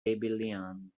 babylonian